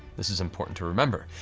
this is important to remember,